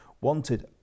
wanted